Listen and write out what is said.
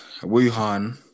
wuhan